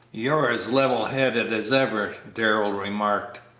you're as level-headed as ever, darrell remarked.